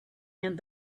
and